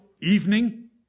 evening